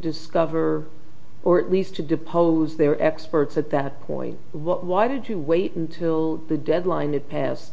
discover or at least to depose their experts at that point why did you wait until the deadline it pass